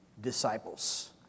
disciples